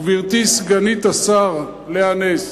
גברתי סגנית השר לאה נס,